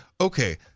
okay